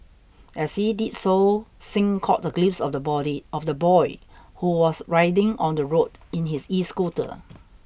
as he did so Singh caught a glimpse of the body of the boy who was riding on the road in his escooter